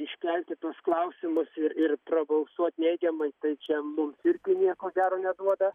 iškelti tuos klausimus ir ir prabalsuot neigiamai tai čia mums irgi nieko gero neduoda